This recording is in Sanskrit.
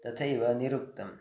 तथैव निरुक्तम्